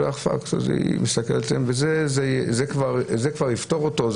היא מסתכלת: זה כבר יפטור אותו?